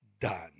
done